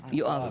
יואב.